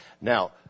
Now